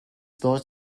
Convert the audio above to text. thought